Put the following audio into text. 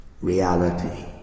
reality